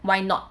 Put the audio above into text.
why not